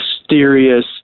mysterious